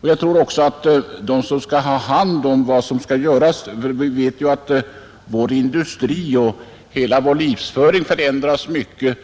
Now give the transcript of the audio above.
Men jag tror att de som har hand om vad som skall göras vet att vår industri och hela vår livsföring förändras mycket.